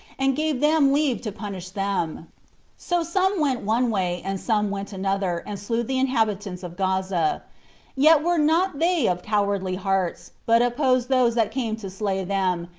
and gave them leave to punish them so some went one way, and some went another, and slew the inhabitants of gaza yet were not they of cowardly hearts, but opposed those that came to slay them,